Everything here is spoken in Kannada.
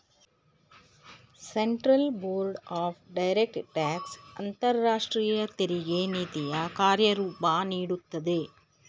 central board of direct tax ಅಂತರಾಷ್ಟ್ರೀಯ ತೆರಿಗೆ ನೀತಿಯ ಕಾರ್ಯರೂಪ ನೀಡುತ್ತದೆ